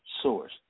source